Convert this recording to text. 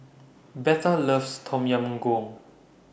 Betha loves Tom Yam Goong